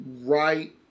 right